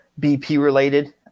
BP-related